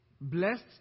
blessed